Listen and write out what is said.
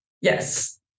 Yes